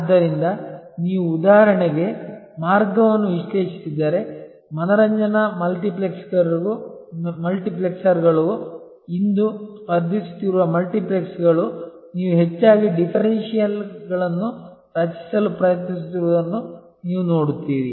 ಆದ್ದರಿಂದ ನೀವು ಉದಾಹರಣೆಗೆ ಮಾರ್ಗವನ್ನು ವಿಶ್ಲೇಷಿಸಿದರೆ ಮನರಂಜನಾ ಮಲ್ಟಿಪ್ಲೆಕ್ಸರ್ಗಳು ಇಂದು ಸ್ಪರ್ಧಿಸುತ್ತಿರುವ ಮಲ್ಟಿಪ್ಲೆಕ್ಸ್ಗಳು ನೀವು ಹೆಚ್ಚಾಗಿ ತಾರತಮ್ಯಗಳನ್ನು ರಚಿಸಲು ಪ್ರಯತ್ನಿಸುತ್ತಿರುವುದನ್ನು ನೀವು ನೋಡುತ್ತೀರಿ